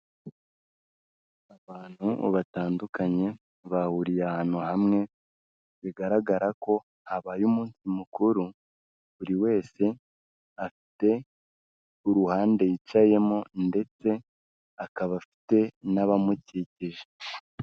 Abantu batandukanye bahuriye ahantu hamwe bigaragara ko habaye umunsi mukuru, buri wese afite uruhande yicayemo ndetse akaba afite n'abamukikije.